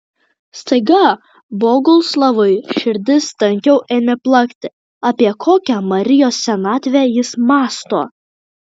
staiga boguslavui širdis tankiau ėmė plakti apie kokią marijos senatvę jis mąsto